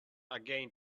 again